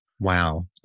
Wow